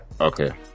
okay